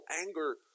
anger